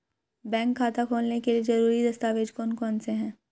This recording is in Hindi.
बैंक खाता खोलने के लिए ज़रूरी दस्तावेज़ कौन कौनसे हैं?